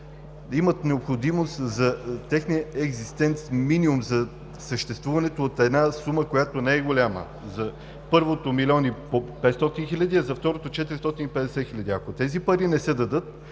имат необходимост за техния екзистенц-минимум за съществуване от една сума, която не е голяма. За първото е 1 млн. 500 хил. лв. и за второто – 450 хил. лв. Ако тези пари не се дадат,